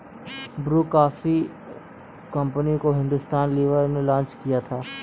Bru coffee company को Hindustan Lever ने launch किया था